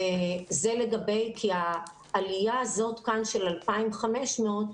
העלייה הזאת של 2,500,